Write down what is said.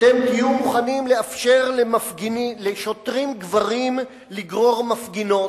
אתם תהיו מוכנים לאפשר לשוטרים גברים לגרור מפגינות,